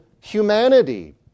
Humanity